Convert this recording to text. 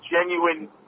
genuine